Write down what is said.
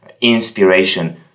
inspiration